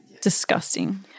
disgusting